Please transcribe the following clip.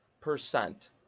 percent